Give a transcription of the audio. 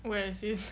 where is this